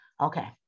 Okay